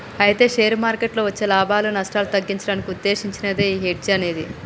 అయితే షేర్ మార్కెట్లలో వచ్చే లాభాలు నష్టాలు తగ్గించడానికి ఉద్దేశించినదే ఈ హెడ్జ్ అనేది